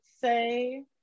say